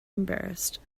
embarrassed